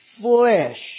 flesh